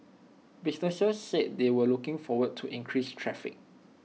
businesses said they were looking forward to increased traffic